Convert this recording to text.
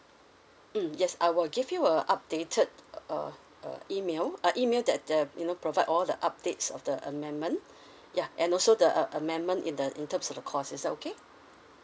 mm yes I will give you a updated uh uh email uh email that uh you know provide all the updates of the amendment ya and also the uh amendment in the in terms of the cost is that okay